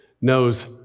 knows